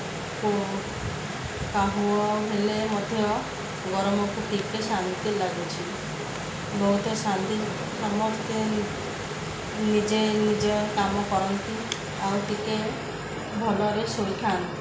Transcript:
ହେଲେ ମଧ୍ୟ ଗରମକୁ ଟିକିଏ ଶାନ୍ତି ଲାଗୁଛି ବହୁତ ଶାନ୍ତି ସମସ୍ତେ ନିଜେ ନିଜ କାମ କରନ୍ତି ଆଉ ଟିକେ ଭଲରେ ଶୋଇଥାନ୍ତି